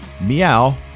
meow